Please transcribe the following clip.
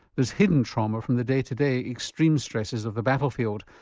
there's hidden trauma from the day to day extreme stresses of the battlefield,